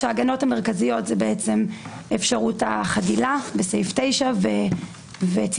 כשההגנות המרכזיות הן אפשרות החדילה בסעיף 9 וצמצום